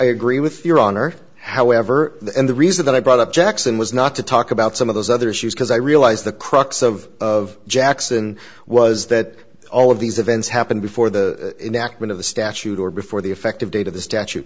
agree with your honor however and the reason that i brought up jackson was not to talk about some of those other issues because i realized the crux of of jackson was that all of these events happened before the nachman of the statute or before the effective date of the statu